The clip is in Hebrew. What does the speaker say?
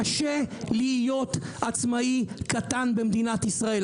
קשה להיות עצמאי קטן במדינת ישראל,